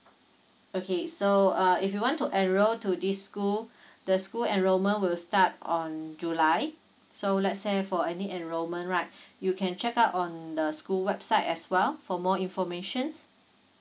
okay so uh if you want to enroll to this school the school enrolment will start on july so let's say for any enrolment right you can check out on the school website as well for more informations